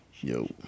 Yo